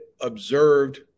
observed